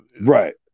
Right